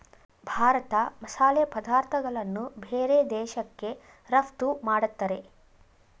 ಭಾರತ ಮಸಾಲೆ ಪದಾರ್ಥಗಳನ್ನು ಬೇರೆ ದೇಶಕ್ಕೆ ರಫ್ತು ಮಾಡತ್ತರೆ